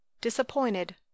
disappointed